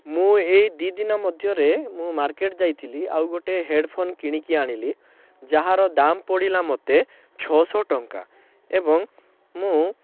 ମୁଁ ଏଇ ଦୁଇଦିନ ମଧ୍ୟରେ ମୁଁ ମାର୍କେଟ୍ ଯାଇଥିଲି ଆଉ ଗୋଟେ ହେଡ଼୍ଫୋନ୍ କିଣିକି ଆଣିଲି ଯାହାର ଦାମ ପଡ଼ିଲା ମୋତେ ଛଅଶହ ଟଙ୍କା ଏବଂ ମୁଁ